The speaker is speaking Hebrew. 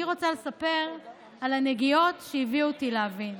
אני רוצה לספר על הנגיעות שהביאו אותי להבין.